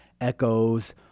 echoes